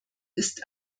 ist